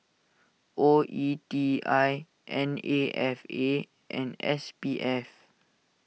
O E T I N A F A and S P F